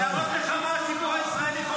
חמאס, חמאסניקים,